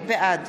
בעד